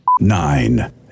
Nine